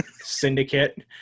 syndicate